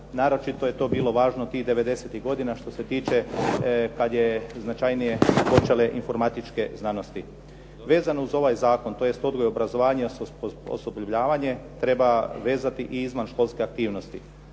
Naročito je to bilo važno tih devedesetih godina što se tiče kad su značajnije počele informatičke znanosti. Vezano uz ovaj zakon, tj. odgoj, obrazovanje i osposobljavanje treba vezati i izvanškolske aktivnosti.